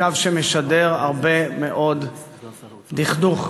לקו שמשדר הרבה מאוד דכדוך,